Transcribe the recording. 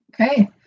Okay